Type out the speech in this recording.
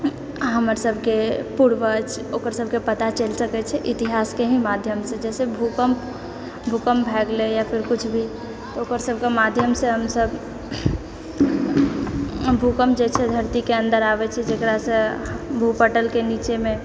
हमर सभके पूर्वज ओकर सभके पता चलि सकै छै इतिहासके ही माध्यमसँ जाहिसँ कि भूकम्प भूकम्प भए गेलै या किछु भी ओकर सभकेँ माध्यमसँ हमसभ भूकम्प जे छै धरतीके अन्दर आबै छै जकरासँ भूपटलके नीचेमे